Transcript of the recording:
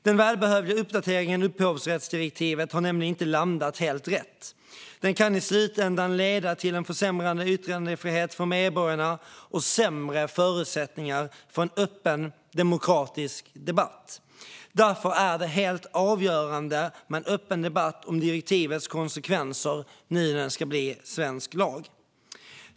Den välbehövliga uppdateringen av upphovsrättsdirektivet har nämligen inte landat helt rätt. Det kan i slutändan leda till en försämrad yttrandefrihet för medborgarna och sämre förutsättningar för en öppen demokratisk debatt. Därför är det helt avgörande med en öppen debatt om direktivets konsekvenser när det nu ska bli svensk lag.